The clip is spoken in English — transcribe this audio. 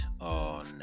on